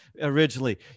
originally